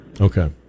Okay